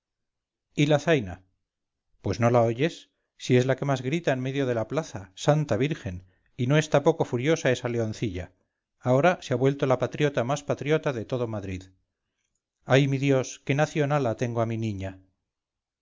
y la zaina pues no la oyes si es la que más grita en medio de la plaza santa virgen y no está poco furiosa esa leoncilla ahora se ha vuelto la patriota más patriota de todo madrid ay mi dios qué nacionala tengo a mi niña